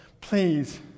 please